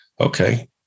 Okay